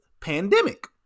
pandemic